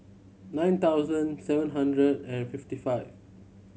nine thousand seven hundred and fifty five